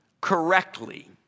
correctly